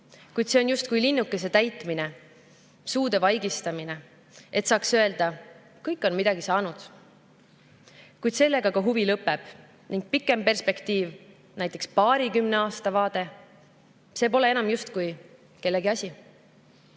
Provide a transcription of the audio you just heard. Kuid see on justkui linnukese [pärast], suude vaigistamine, et saaks öelda: kõik on midagi saanud. Kuid sellega huvi ka lõpeb ning pikem perspektiiv, näiteks paarikümne aasta vaade, pole enam justkui kellegi asi. Meil